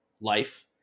life